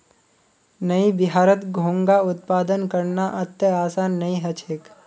नइ बिहारत घोंघा उत्पादन करना अत्ते आसान नइ ह छेक